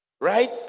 Right